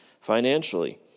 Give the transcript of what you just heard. financially